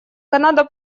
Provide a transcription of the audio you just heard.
канада